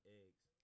eggs